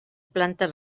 planta